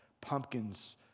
pumpkins